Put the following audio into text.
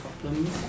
problems